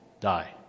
die